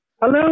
Hello